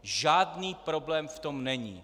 Žádný problém v tom není.